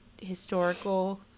historical